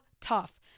tough